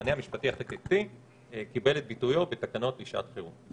המענה המשפטי קיבל את ביטויו בתקנות לשעת חירום.